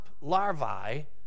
larvae